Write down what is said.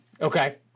Okay